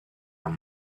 and